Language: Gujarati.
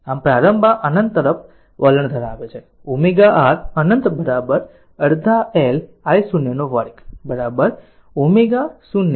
આમ પ્રારંભમાં અનંત તરફ વલણ ધરાવે છે ω R અનંત અડધા L I0 વર્ગ ω 0 ω શરૂઆતમાં પણ બતાવ્યું